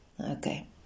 Okay